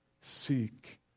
seek